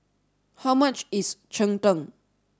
how much is Cheng Tng